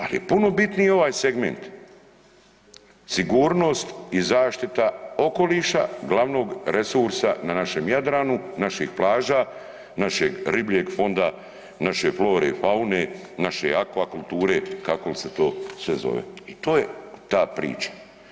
Ali je puno bitniji ovaj segment sigurnost i zaštita okoliša glavnog resursa na našem Jadranu, naših plaža, našeg ribljeg fonda, naše flore i faune, naše akvakulture kako li se to sve zove i to je ta priča.